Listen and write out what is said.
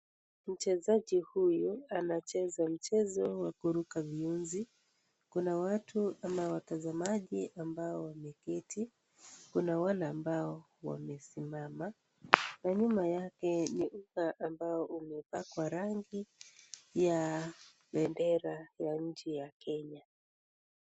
Mchezaji huyu anacheza mchezo wa kuruka viuzi kuna watu ama watazamaji ambao wameketi, kuna wale ambao wamesimama na nyuma yake ni uga ambao umepakwa rangi ya bendera ya nchi ya kenya.